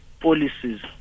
policies